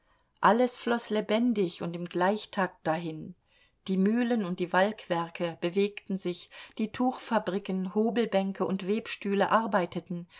alles floß lebendig und im gleichtakt dahin die mühlen und die walkwerke bewegten sich die tuchfabriken hobelbänke und webstühle arbeiteten